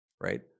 right